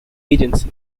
agency